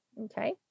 Okay